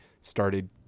started